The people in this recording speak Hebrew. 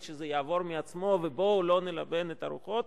שזה יעבור מעצמו ובואו לא נלבה את הרוחות,